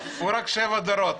הוא רק שבעה דורות.